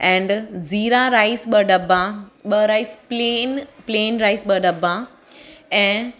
and jeera rice ॿ दॿा ॿ राइस प्लेन प्लेन राइस ॿ दॿा ऐं